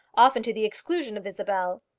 often to the exclusion of isabel.